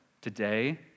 today